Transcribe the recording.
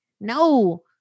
No